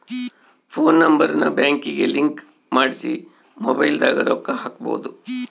phone number ನ ಬ್ಯಾಂಕಿಗೆ link ಮಾಡ್ಸಿ ಮೊಬೈಲದಾಗ ರೊಕ್ಕ ಹಕ್ಬೊದು